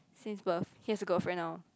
since birth he has a girlfriend now